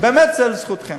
באמת זה לזכותכם.